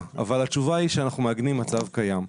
אבל התשובה היא שאנחנו מעגנים מצב קיים.